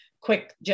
quick